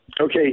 Okay